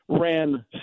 ran